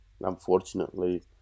Unfortunately